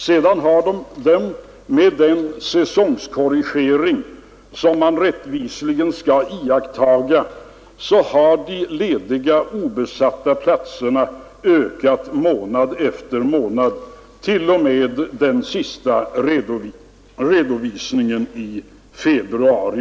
Sedan har, med den säsongkorrigering som man rättvisligen skall iaktta, de lediga och obesatta platserna ökat i antal månad efter månad t.o.m. den senaste redovisningen i februari.